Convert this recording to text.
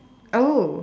oh